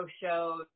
show